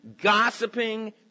gossiping